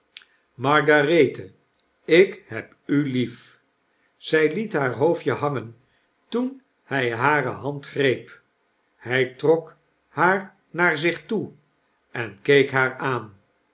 margarethe ik heb u lief zy liet haar hoofdje hangen toen hy hare hand greep hy trok haar naar zich toe en keek haar aan